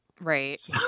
Right